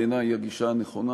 בעיני היא הגישה הנכונה: